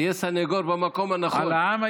תהיה סנגור במקום הנכון.